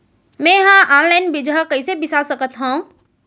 मे हा अनलाइन बीजहा कईसे बीसा सकत हाव